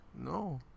No